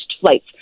flights